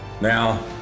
Now